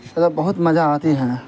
بہت مزا آتی ہیں